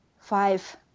five